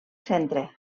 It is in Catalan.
centre